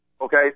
Okay